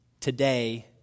today